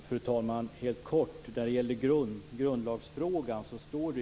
Fru talman!